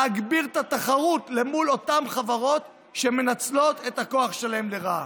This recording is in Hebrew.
להגביר את התחרות למול אותן חברות שמנצלות את הכוח שלהן לרעה.